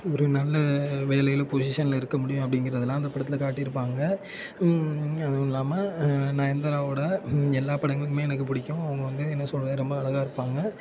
ஒரு நல்ல வேலையில பொசிஷன்ல இருக்க முடியும் அப்படிங்கிறதுலாம் அந்த படத்தில் காட்டியிருப்பாங்க அதுவும் இல்லாமல் நயன்தாராவோடய எல்லா படங்களுமே எனக்கு பிடிக்கும் அவங்க வந்து என்ன சொல்கிறது ரொம்ப அழகா இருப்பாங்க